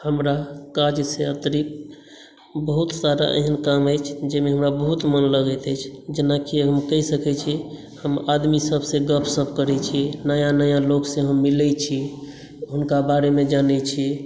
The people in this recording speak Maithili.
हमरा काजसे अतरिक्त बहुत सारा एहन काम अछि जाहि मे हमरा बहुत मोन लगैत अछि जेनाकि हम कहि सकै छी हम आदमी सभसे गपसप करै छी नया नया लोकसँ हम मिलै छी हुनका बारेमे जनै छी